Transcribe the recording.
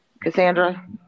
Cassandra